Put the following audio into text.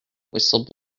whistle